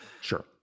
Sure